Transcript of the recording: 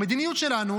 המדיניות שלנו,